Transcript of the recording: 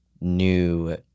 new